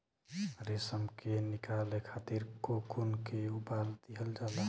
रेशम के निकाले खातिर कोकून के उबाल दिहल जाला